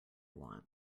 want